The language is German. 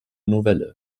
novelle